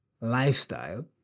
lifestyle